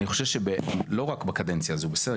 אני חושב שלא רק בקדנציה הזו, בסדר?